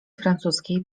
francuskiej